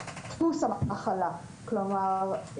דפוס המחלה, כלומר,